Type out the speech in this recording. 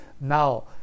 Now